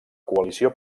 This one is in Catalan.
coalició